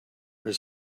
his